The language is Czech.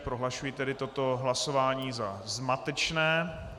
Prohlašuji tedy toto hlasování za zmatečné.